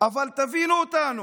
אבל תבינו אותנו,